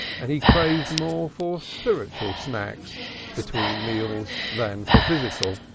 and he craved more for spiritual snacks between meals than for physical.